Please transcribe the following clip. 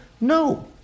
No